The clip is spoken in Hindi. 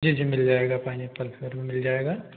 जी जी मिल जाएगा पाइनेप्पल फ्लेवर में मिल जाएगा